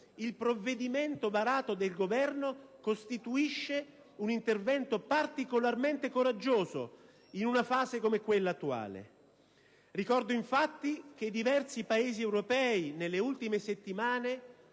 il provvedimento varato dal Governo costituisce un intervento particolarmente coraggioso in una fase come quella attuale. Ricordo infatti che diversi Paesi europei nelle ultime settimane,